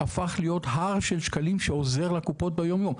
הפך להיות הר של שקלים שעוזר לקופות ביום יום,